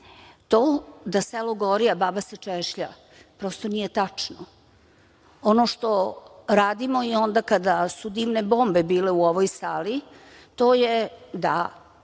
da „selo gori, a baba se češlja“ prosto nije tačno. Ono što radimo i onda kada su dimne bombe bile u ovoj sali, to je da